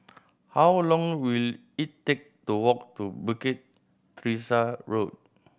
how long will it take to walk to Bukit Teresa Road